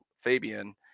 Fabian –